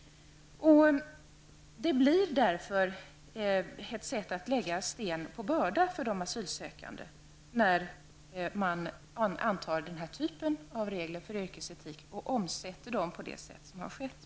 Det är därför att lägga sten på börda för de asylsökande när man antar den här typen av regler för yrkesetik och omsätter dem på det sätt som har skett.